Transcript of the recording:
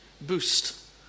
boost